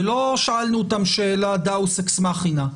ולא שאלנו אותם שאלה דאוס אקס מכינה,